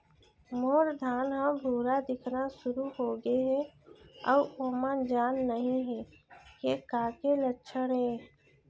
मोर धान ह भूरा दिखना शुरू होगे हे अऊ ओमा जान नही हे ये का के लक्षण ये?